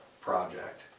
project